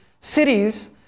cities